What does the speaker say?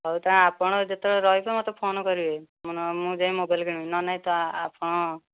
ହଉ ତା'ହେଲେ ଆପଣ ଯେତେବେଳେ ରହିବେ ମୋତେ ଫୋନ କରିବେ ମୁଁ ଯାଇକି ମୋବାଇଲ କିଣିବି ନହେଲେ ନାହିଁ ଆପଣ